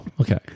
okay